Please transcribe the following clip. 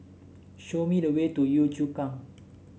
show me the way to Yio Chu Kang